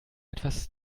etwas